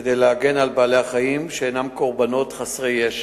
כדי להגן על בעלי-החיים, שהם קורבנות חסרי ישע.